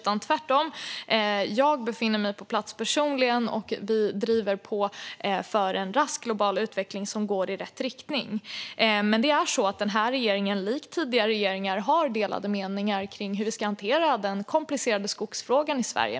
Jag befann mig tvärtom personligen på plats, och regeringen driver på för en rask, global utveckling som går i rätt riktning. Det är så att den här regeringen, likt tidigare regeringar, har delade meningar om hur vi ska hantera den komplicerade skogsfrågan i Sverige.